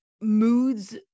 moods